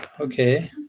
Okay